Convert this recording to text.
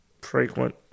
frequent